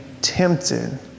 tempted